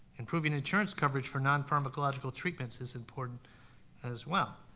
improving insurance coverage for non-pharmacological treatments is important as well.